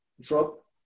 drop